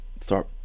Start